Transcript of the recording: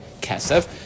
kesef